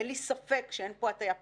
אין לי ספק, שאין פה הטייה פוליטית,